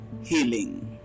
Healing